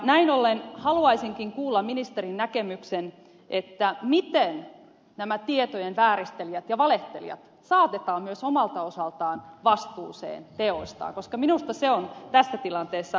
näin ollen haluaisinkin kuulla ministerin näkemyksen miten nämä tietojen vääristelijät ja valehtelijat saatetaan myös omalta osaltaan vastuuseen teoistaan koska minusta se on tässä tilanteessa hyvin tärkeää